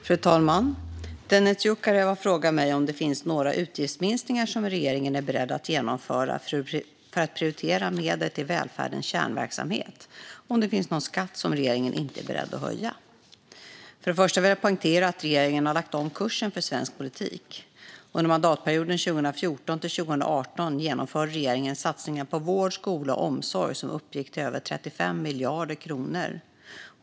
Fru talman! Dennis Dioukarev har frågat mig om det finns några utgiftsminskningar som regeringen är beredd att genomföra för att prioritera medel till välfärdens kärnverksamhet och om det finns någon skatt som regeringen inte är beredd att höja. För det första vill jag poängtera att regeringen har lagt om kursen för svensk politik. Under mandatperioden 2014-2018 genomförde regeringen satsningar på vård, skola och omsorg som uppgick till över 35 miljarder kronor.